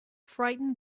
frightened